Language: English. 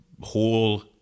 whole